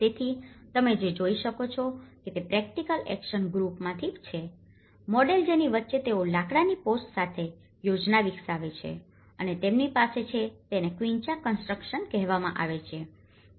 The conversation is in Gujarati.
તેથી તમે જે જોઈ શકો છો તે પ્રેકટીકલ એકસન ગ્રુપમાંથી છે મોડેલ જેની વચ્ચે તેઓ લાકડાની પોસ્ટ્સ સાથે યોજના વિકસાવે છે અને તેમની પાસે છે તેને ક્વિન્ચા કન્સ્ટ્રક્શન કહેવામાં આવે છે